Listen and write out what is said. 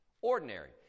ordinary